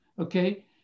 Okay